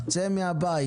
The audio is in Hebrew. צא מהבית,